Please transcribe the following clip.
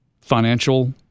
financial